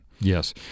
Yes